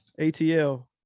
ATL